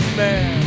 man